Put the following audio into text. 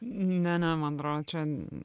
ne ne man atrodo čia